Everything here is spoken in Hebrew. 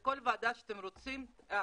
לכל ועדה שאתם רוצים,